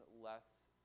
less